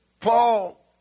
Paul